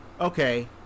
Okay